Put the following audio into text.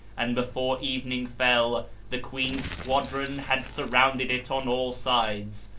and before evening fell the queen's squadron had surrounded it on all sides,